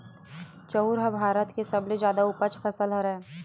चाँउर ह भारत के सबले जादा उपज फसल हरय